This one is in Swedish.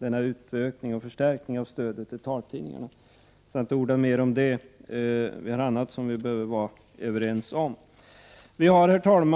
Utökningen och förstärkningen av stödet till taltidningarna är alltså positiv. Jag skall därför inte orda mer om detta. Det är annat som vi i stället bör bli överens om. Herr talman!